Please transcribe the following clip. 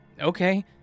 okay